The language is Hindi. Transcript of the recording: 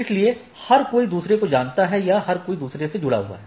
इसलिए हर कोई दुसरे को जानता है या हर कोई दूसरों से जुड़ा हुआ है